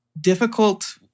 difficult